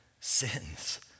sins